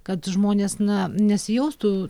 kad žmonės na nesijaustų